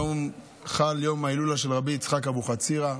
היום חל יום ההילולה של רבי יצחק אבו חצירא,